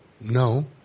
No